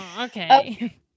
okay